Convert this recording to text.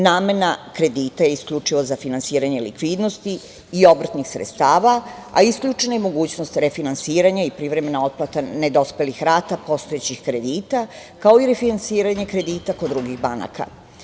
Namena kredita je isključivo za finansiranje likvidnosti i obrtnih sredstava, a isključena je i mogućnost refinansiranja i privremena otplata nedospelih rata postojećih kredita, kao i refinansiranje kredita kod drugih banaka.